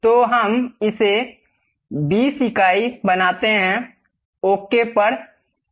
तो हम इसे 20 इकाइ बनाते हैंओके पर क्लिक करें